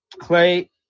Clay